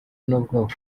n’ubwoko